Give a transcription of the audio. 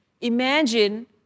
imagine